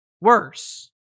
worse